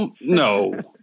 No